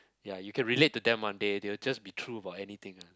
ya you can relate to them one day they will just be true about anything ah